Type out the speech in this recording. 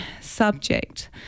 subject